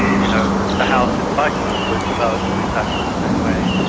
you know the house in fight club was developed in exactly the same way.